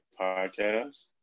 podcast